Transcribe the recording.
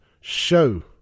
Show